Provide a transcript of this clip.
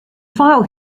file